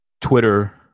Twitter